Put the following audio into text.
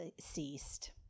ceased